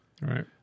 Right